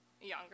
younger